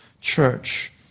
church